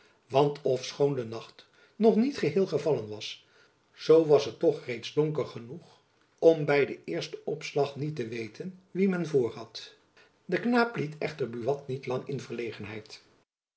want ofschoon de nacht nog niet geheel gejacob van lennep elizabeth musch vallen was zoo was het toch reeds donker genoeg om by den eersten opslag niet te weten wien men voorhad de knaap liet echter buat niet lang in verlegenheid